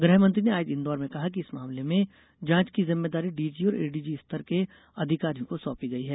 गृहमंत्री ने आज इंदौर में कहा कि इस मामले में जांच की जिम्मेदारी डीजी और एडीजी स्तर के अधिकारियों को सौंपी गयी है